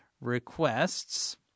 requests